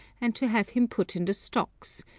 and to have him put in the stocks,